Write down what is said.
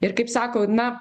ir kaip sako na